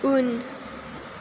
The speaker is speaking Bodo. उन